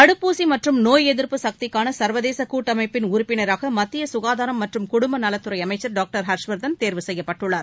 தடுப்பூசி மற்றும் நோய் எதிர்ப்பு சக்திக்கான சர்வதேச கூட்டமைப்பின் உறுப்பினராக மத்திய க்காதாரம் மற்றும் குடும்ப நலத்துறை அமைச்சர் டாக்டர் ஹர்ஷ்வர்த்தன் தேர்வு செய்யப்பட்டுள்ளார்